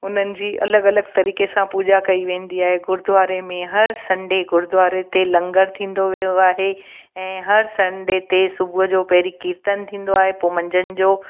उन्हनि जी अलॻि अलॻि तरीक़े सां पूॼा कई वेंदी आहे गुरुद्वारे में हर संडे गुरुद्वारे ते लंगरु थींदो वियो आहे ऐं हर संडे ते सुबुह जो पहिरीं कीर्तन थींदो आहे पोइ मंझंदि जो